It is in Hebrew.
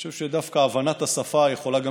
אני חושב שדווקא הבנת השפה יכולה גם